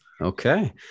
Okay